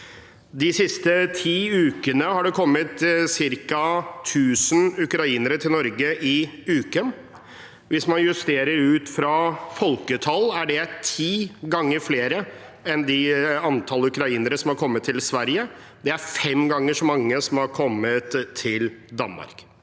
De siste ti ukene har det kommet ca. 1 000 ukrainere til Norge i uken. Hvis man justerer for folketall, er det ti ganger flere enn antallet ukrainere som har kommet til Sverige, og det er fem ganger så mange enn antallet som har kommet til Danmark.